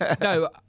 No